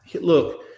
look